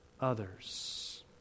others